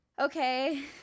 okay